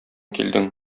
килдең